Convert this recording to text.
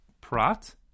Prat